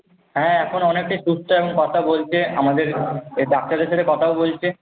হ্যাঁ এখন অনেকটাই সুস্থ এখন কথা বলছে আমাদের ডাক্তারের সাথে কথাও বলছে